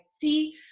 see